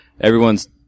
everyone's